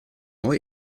neu